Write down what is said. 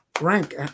rank